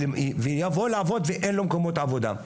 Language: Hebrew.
ויבוא לעבוד ואין לו מקומות עבודה.